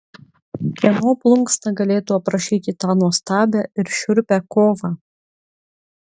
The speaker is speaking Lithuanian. kieno plunksna galėtų aprašyti tą nuostabią ir šiurpią kovą